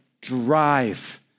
drive